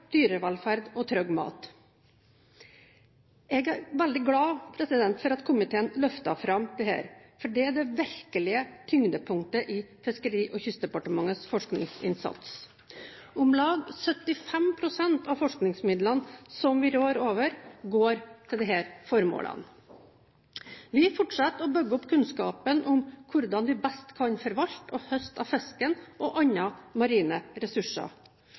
dyrevelferd og trygg mat. Jeg er veldig glad for at komiteen løfter fram dette, for dette er det virkelige tyngdepunktet i Fiskeri- og kystdepartementets forskningsinnsats. Om lag 75 pst. av forskningsmidlene som vi rår over, går til disse formålene. Vi fortsetter å bygge opp kunnskapen om hvordan vi best kan forvalte og høste av fisken og andre marine ressurser.